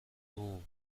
dugun